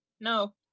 No